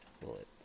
Bullet